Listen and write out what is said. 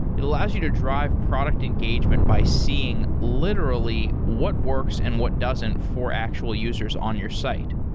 it allows you to drive product engagement by seeing literally what works and what doesn't for actual users on your site.